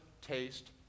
taste